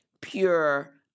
pure